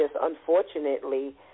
unfortunately